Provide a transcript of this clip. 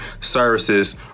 services